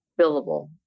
billable